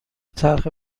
تلخ